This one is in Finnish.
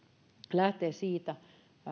lähtee siitä